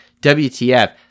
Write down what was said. WTF